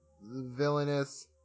villainous